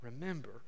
remember